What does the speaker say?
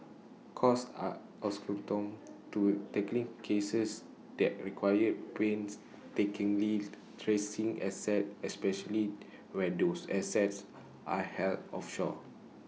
courts are accustomed to tackling cases that require painstakingly tracing assets especially where those assets are held offshore